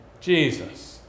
Jesus